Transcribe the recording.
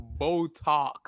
Botox